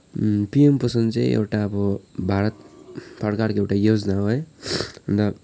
PM Poshan चाहिँ एउटा अब भारत सरकारको एउटा योजना हो है अन्त